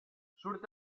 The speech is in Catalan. surt